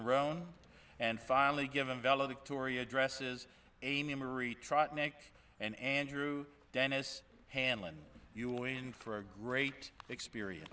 rhone and finally given valedictorian addresses a memory trot nick and andrew denis handlin you in for a great experience